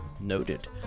Noted